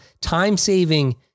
time-saving